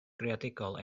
greadigol